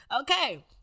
Okay